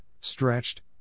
stretched